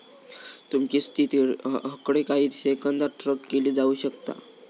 तुमची स्थिती हकडे काही सेकंदात ट्रॅक केली जाऊ शकता